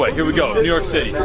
like here we go, to new york city.